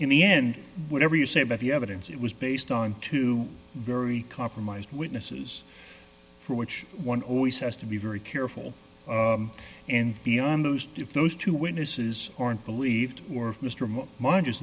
in the end whatever you say about the evidence it was based on two very compromised witnesses for which one always has to be very careful and beyond those if those two witnesses aren't believed or mr m